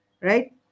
right